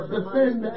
Defend